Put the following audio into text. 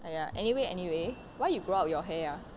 !aiya! anyway anyway why you grow up your hair ah